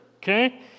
okay